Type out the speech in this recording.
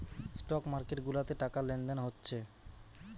stock market গুলাতে টাকা লেনদেন হচ্ছে